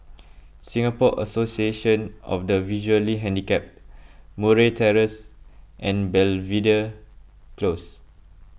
Singapore Association of the Visually Handicapped Murray Terrace and Belvedere Close